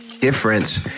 difference